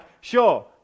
sure